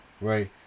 right